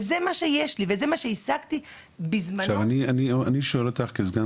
וזה מה שיש לי ומה שהשגתי -- אני שואל אותך כסגן